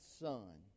son